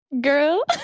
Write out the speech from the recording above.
girl